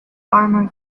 armour